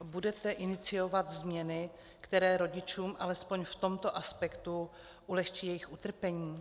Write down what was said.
Budete iniciovat změny, které rodičům alespoň v tomto aspektu ulehčí jejich utrpení?